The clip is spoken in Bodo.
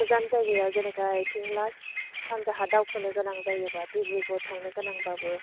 गोजान जायगायाव जेनेखा ओरैथिं लास्ट सानजाहा दावखोनो गोनां जायोबा डिब्रुगर थांनो गोनां बाबो